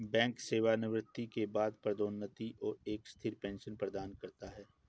bank सेवानिवृत्ति के बाद पदोन्नति और एक स्थिर पेंशन प्रदान करता है